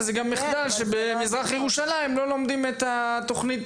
וגם גם מחדל שבמזרח ירושלים לא לומדים את התוכנית.